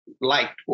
liked